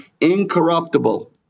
incorruptible